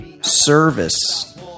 service